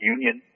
Union